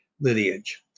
lineage